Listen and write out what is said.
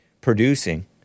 producing